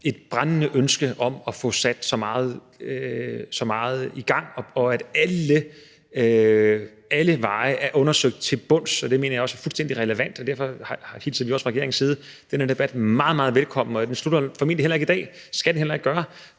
et brændende ønske om at få sat så meget i gang som muligt og at få alle muligheder undersøgt til bunds. Det mener jeg også er fuldstændig relevant, og derfor hilser vi også fra regeringens side den her debat meget, meget velkommen. Den slutter formentlig ikke i dag, og det skal den heller ikke gøre,